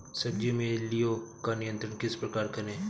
सब्जियों में इल्लियो का नियंत्रण किस प्रकार करें?